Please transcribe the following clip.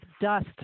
dust